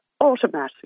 automatically